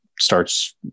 Starts